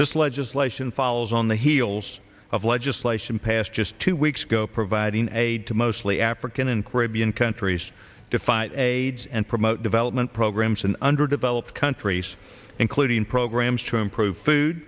this legislation follows on the heels of legislation passed just two weeks ago providing aid to mostly african and caribbean countries to fight aids and promote development programs in underdeveloped countries including programs to improve food